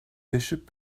bishop